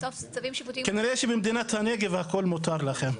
כנראה שבמדינת הנגב הכל מותר לכם.